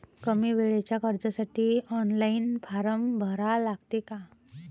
कमी वेळेच्या कर्जासाठी ऑनलाईन फारम भरा लागते का?